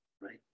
right